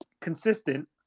consistent